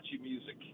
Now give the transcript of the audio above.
music